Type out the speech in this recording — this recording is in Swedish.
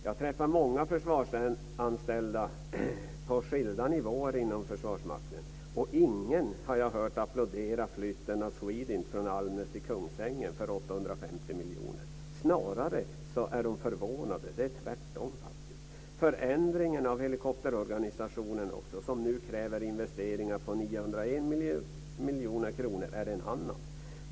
Jag träffar många försvarsanställda på skilda nivåer inom Försvarsmakten, och jag har inte hört någon applådera flytten av SWEDINT från Almnäs till Kungsängen för 850 miljoner. Snarare är de förvånade. Det är tvärtom faktiskt. Förändringen av helikopterorganisationen som nu kräver investeringar på 901 miljoner kronor är en annan del.